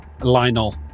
Lionel